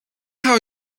how